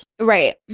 Right